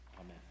Amen